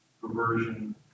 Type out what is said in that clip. Perversion